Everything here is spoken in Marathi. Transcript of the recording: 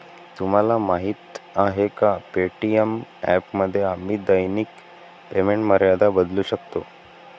तुम्हाला माहीत आहे का पे.टी.एम ॲपमध्ये आम्ही दैनिक पेमेंट मर्यादा बदलू शकतो?